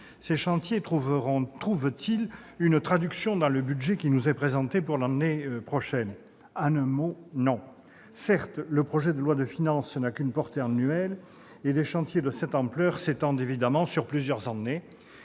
Ces chantiers trouvent-ils une traduction dans le projet de budget qui nous est présenté pour l'année prochaine ? En un mot : non. Certes, le projet de loi de finances n'a qu'une portée annuelle, et des chantiers de cette ampleur s'étendent évidemment sur plusieurs années,